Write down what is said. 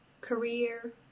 career